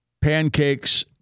pancakes